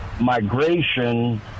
migration